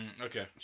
Okay